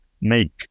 make